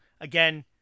again